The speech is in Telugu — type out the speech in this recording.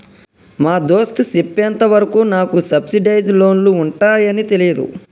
మా దోస్త్ సెప్పెంత వరకు నాకు సబ్సిడైజ్ లోన్లు ఉంటాయాన్ని తెలీదు